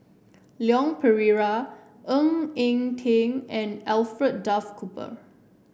Leon Perera Ng Eng Teng and Alfred Duff Cooper